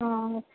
હં